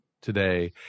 today